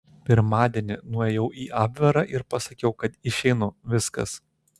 pirmadienį nuėjau į abverą ir pasakiau kad išeinu viskas